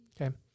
Okay